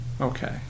Okay